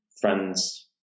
friends